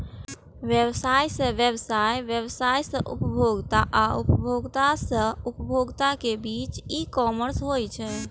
व्यवसाय सं व्यवसाय, व्यवसाय सं उपभोक्ता आ उपभोक्ता सं उपभोक्ता के बीच ई कॉमर्स होइ छै